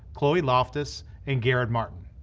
chloe loftus, and garrett martin.